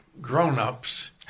grown-ups